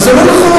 אבל זה לא נכון.